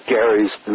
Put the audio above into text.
Gary's